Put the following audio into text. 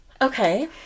Okay